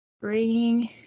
Bringing